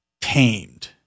tamed